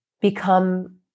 become